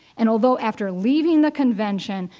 and although after leaving the convention,